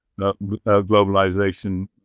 globalization